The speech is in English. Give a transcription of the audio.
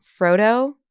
Frodo